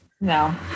no